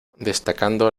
destacando